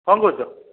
କ'ଣ କହୁଛ